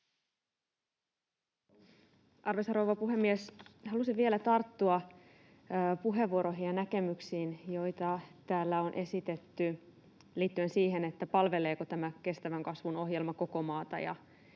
Arvoisa rouva puhemies! Haluaisin vielä tarttua puheenvuoroihin ja näkemyksiin, joita täällä on esitetty liittyen siihen, palveleeko tämä kestävän kasvun ohjelma koko maata